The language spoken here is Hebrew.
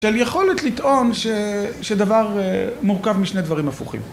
של יכולת לטעון ש... שדבר אה... מורכב משני דברים הפוכים.